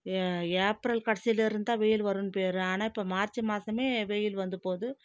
ஏ April கடைசியிலேருந்தான் வெயில் வரும்னு பேரு ஆனால் இப்போ மார்ச் மாசமே வெயில் வந்து போது